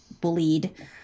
bullied